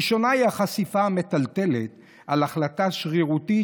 ראשונה היא החשיפה המטלטלת על החלטה שרירותית,